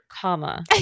comma